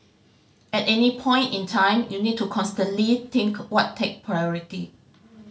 at any point in time you need to constantly think what take priority